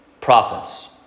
prophets